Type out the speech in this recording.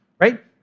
right